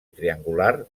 triangular